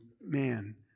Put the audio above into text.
man